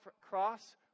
cross